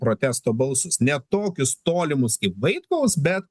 protesto balsus ne tokius tolimus ir vaitkaus bet